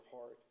heart